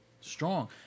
strong